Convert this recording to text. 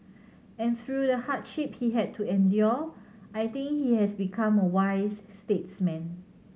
and through the hardship he had to endure I think he has become a wise statesman